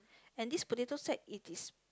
and this potato sack it is